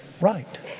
right